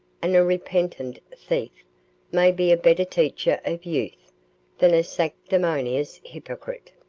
and a repentant thief may be a better teacher of youth than a sanctimonious hypocrite.